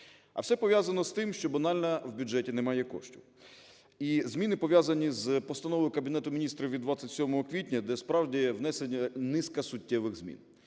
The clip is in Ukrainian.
А все пов'язано з тим, що банально в бюджеті немає коштів. І зміни пов'язані з Постановою Кабінету Міністрів від 27 квітня, де справді внесені низка суттєвих змін.